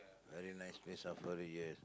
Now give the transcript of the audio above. very nice place safari yes